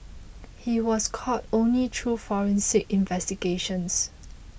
he was caught only through forensic investigations